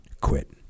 quit